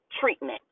treatment